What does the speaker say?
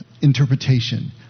interpretation